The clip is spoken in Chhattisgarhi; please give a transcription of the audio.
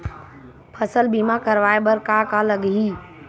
फसल बीमा करवाय बर का का लगही?